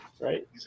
right